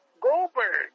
Goldberg